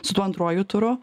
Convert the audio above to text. su tuo antruoju turu